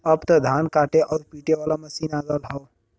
अब त धान काटे आउर पिटे वाला मशीन आ गयल हौ